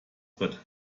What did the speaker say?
bett